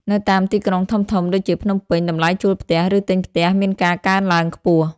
នៅតាមទីក្រុងធំៗ ដូចជាភ្នំពេញ តម្លៃជួលផ្ទះ ឬទិញផ្ទះមានការកើនឡើងខ្ពស់។